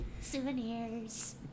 Souvenirs